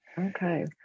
okay